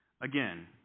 Again